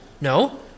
No